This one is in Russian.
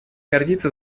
гордится